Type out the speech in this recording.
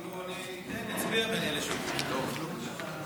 סיכם אותם יפה